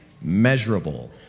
measurable